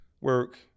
work